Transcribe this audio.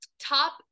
Top